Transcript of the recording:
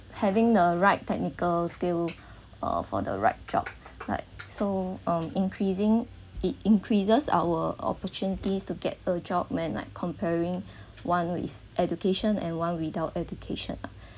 having the right technical skill uh for the right job like so um increasing it increases our opportunities to get a job man like comparing one with education and one without education